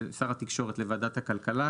של שר התקשורת לוועדת הכלכלה.